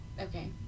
Okay